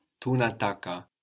Tunataka